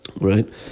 Right